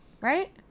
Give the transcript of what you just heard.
Right